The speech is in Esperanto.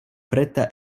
preta